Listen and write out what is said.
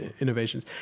innovations